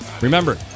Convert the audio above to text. Remember